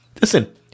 Listen